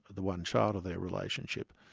the one child of their relationship,